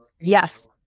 Yes